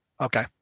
Okay